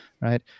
right